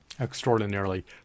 extraordinarily